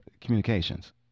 communications